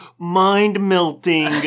mind-melting